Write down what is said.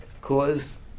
cause